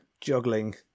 juggling